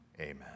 amen